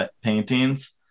paintings